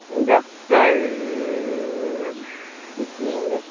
doctor सित्लिङले